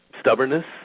stubbornness